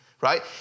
Right